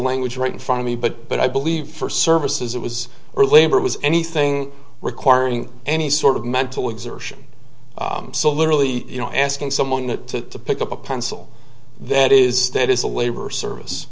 language right in front of me but but i believe for services it was or labor was anything requiring any sort of mental exertion so literally you know asking someone to pick up a pencil that is that is a labor service